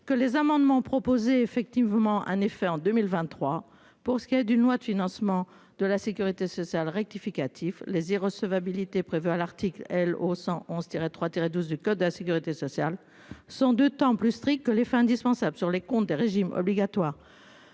que les amendements proposés effectivement un effet en 2023 pour ce qui est d'une loi de financement de la Sécurité sociale rectificatif les recevabilité prévue à l'article L O. 111 tiret 3 12 du code à la sécurité sociale. De temps plus strictes que les faits indispensable sur les comptes des régimes obligatoires